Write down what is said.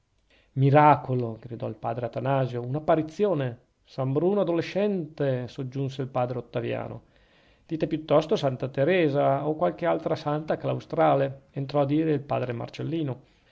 miracolo gridò il padre atanasio un'apparizione san bruno adolescente soggiunse il padre ottaviano dite piuttosto santa teresa o qualche altra santa claustrale entrò a dire il padre marcellino